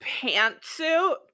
pantsuit